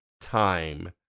time